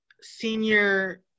senior